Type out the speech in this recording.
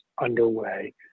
underway